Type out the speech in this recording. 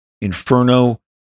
Inferno